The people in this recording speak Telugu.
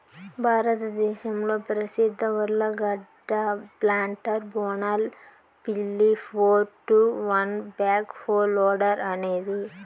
భారతదేశంలో ప్రసిద్ధ ఉర్లగడ్డ ప్లాంటర్ బోనాల్ పిల్లి four two one backhoe loader అనేది